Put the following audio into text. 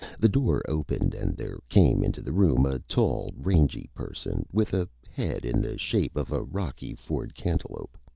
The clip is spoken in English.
the door opened and there came into the room a tall, rangy person with a head in the shape of a rocky ford cantaloupe.